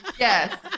Yes